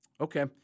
Okay